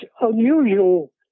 unusual